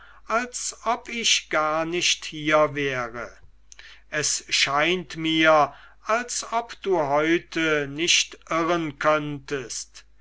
als ob ich gar nicht hier wäre es scheint mir als ob du heute nicht irren könntest